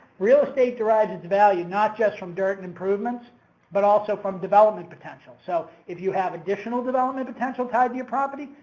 real estate derives its value not just from dirt and improvements but also from development potential. so if you have additional development potential tied to your property,